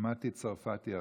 מטי צרפתי הרכבי.